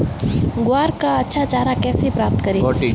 ग्वार का अच्छा चारा कैसे प्राप्त करें?